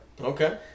Okay